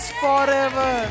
forever